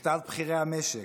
מכתב בכירי המשק: